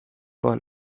one